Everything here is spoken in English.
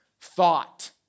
thought